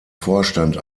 vorstand